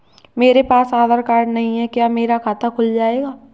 मेरे पास आधार कार्ड नहीं है क्या मेरा खाता खुल जाएगा?